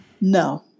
No